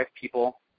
people